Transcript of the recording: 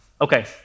Okay